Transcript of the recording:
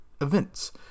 events